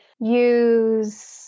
use